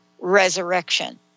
resurrection